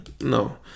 No